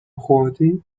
خوردی